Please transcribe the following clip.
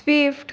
swift